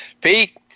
Pete